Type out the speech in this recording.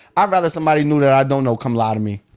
i'd rather somebody know that i don't know come lie to me.